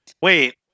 Wait